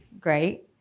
great